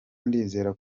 ndizera